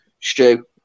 Stu